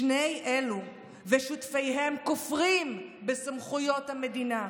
שני אלה ושותפיהם כופרים בסמכויות המדינה,